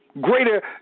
greater